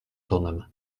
tonem